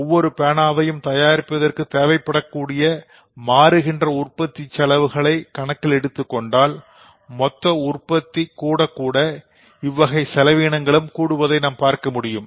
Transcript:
ஒவ்வொரு பேனாவையும் தயாரிப்பதற்கு தேவைப்படக்கூடிய மாறுகின்ற உற்பத்தி செலவுகளை கணக்கிலெடுத்துக்கொண்டாள் மொத்த உற்பத்தி கூடக்கூட இவ்வகைய செலவினங்களும் கூடுவதை நாம் பார்க்கமுடியும்